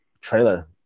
trailer